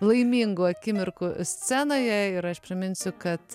laimingų akimirkų scenoje ir aš priminsiu kad